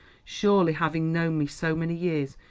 surely, having known me so many years,